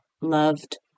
loved